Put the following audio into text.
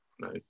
Nice